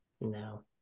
No